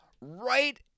right